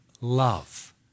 love